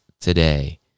today